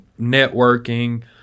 networking